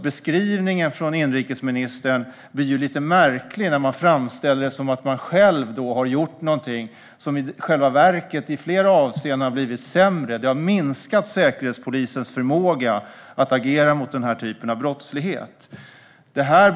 Beskrivningen från inrikesministern blir lite märklig när man framställer det som att man själv har gjort någonting som i själva verket i flera avseenden har blivit sämre. Det har minskat Säkerhetspolisens förmåga att agera mot den här typen av brottslighet.